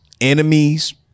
enemies